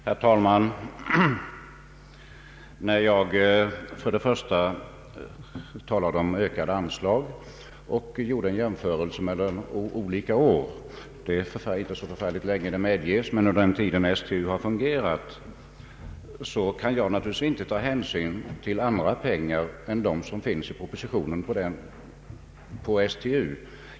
Herr talman! När jag talade om ökade anslag och gjorde en jämförelse mellan olika år — det är i och för sig inte så lång tid, det medges, men det är den tid som STU har fungerat — kunde jag naturligtvis inte ta hänsyn till andra pengar än dem som finns anslagna till STU i propositionen.